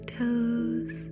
toes